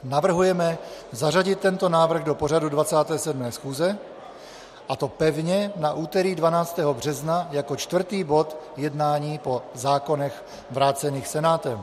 navrhujeme zařadit tento návrh do pořadu 27. schůze, a to pevně na úterý 12. března jako čtvrtý bod jednání po zákonech vrácených Senátem.